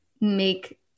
make